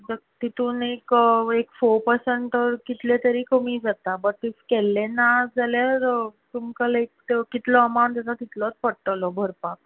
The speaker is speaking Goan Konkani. तेतून एक एक फोर पर्सेंट तर कितलेटरी कमी जाता बट इफ केल्ले ना जाल्यार तुमकां कितलो अमांउट आसा तितलोत पडटलो भरपाक